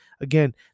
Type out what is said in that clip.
Again